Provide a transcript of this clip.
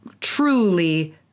Truly